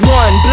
one